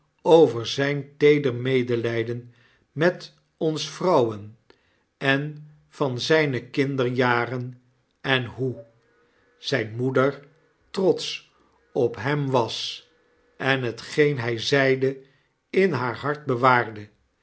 over zyn teeder medelyden met ons vrouwen en van zyne kinderjaren en hoe zyn moeder trotsch op hem was en hetgeen hij zeide in haar hart bewaarde